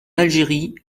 algérie